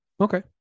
Okay